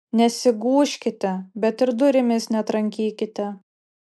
nesigūžkite bet ir durimis netrankykite